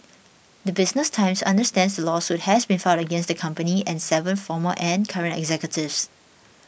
the Business Times understands the lawsuit has been filed against the company and seven former and current executives